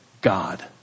God